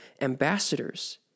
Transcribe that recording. ambassadors